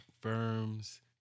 firms